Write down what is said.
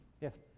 Yes